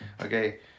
Okay